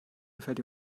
gefällt